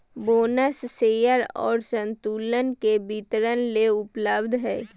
bonus share और संतुलन के वितरण ले उपलब्ध हइ